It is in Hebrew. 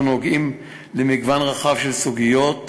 נוגעים במגוון רחב של סוגיות לאומיות,